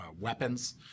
weapons